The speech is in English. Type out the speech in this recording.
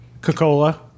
Coca-Cola